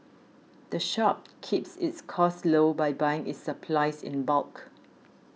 the shop keeps its costs low by buying its supplies in bulk